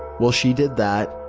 while she did that,